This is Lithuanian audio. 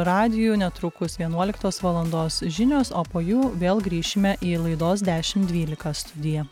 radiju netrukus vienuoliktos valandos žinios o po jų vėl grįšime į laidos dešim dvylika studiją